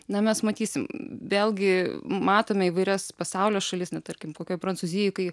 na mes matysim vėlgi matome įvairias pasaulio šalis na tarkim kokioj prancūzijoj kai